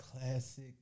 classic